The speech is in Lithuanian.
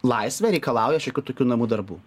laisvė reikalauja šiokių tokių namų darbų